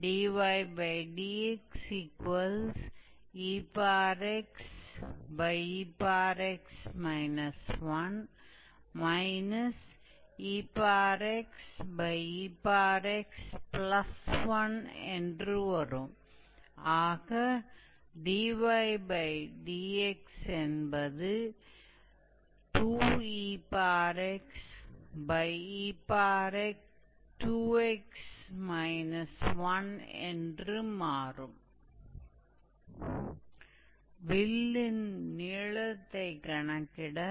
इसलिए हम यहां फिगर के बारे में चिंतित नहीं हैं क्योंकि इस फिगर को खींचने में कुछ समय लगेगा यह सिर्फ इतना है कि हमें कर्व दिया है और हमें वह बिंदु भी दिए हैं जहां हमें करना है जहां हमें इस कर्व की लंबाई की गणना करनी है